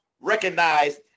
recognized